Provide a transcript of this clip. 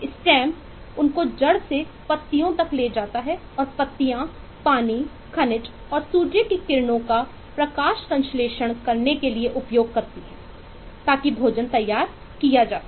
stem उनको जड़ से पत्तियों तक ले जाता है और पत्तियां पानी खनिज और सूर्य की किरणों का प्रकाश संश्लेषण करने के लिए उपयोग करती हैं ताकि भोजन तैयार किया जा सके